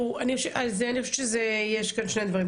אז אני חושבת שיש כאן שני דברים,